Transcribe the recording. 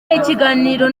ikiganiro